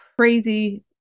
crazy